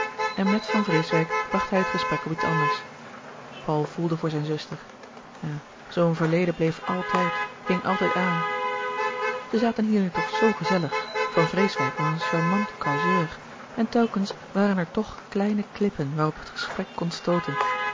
en met van vreeswijck bracht hij het gesprek op iets anders paul voelde voor zijne zuster ja zoo een verleden bleef altijd hing altijd aan louis couperus de boeken der kleine zielen zij zaten hier nu toch zoo gezellig van vreeswijck was een charmant causeur en telkens waren er toch kleine klippen waarop het gesprek kon stooten